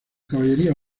caballería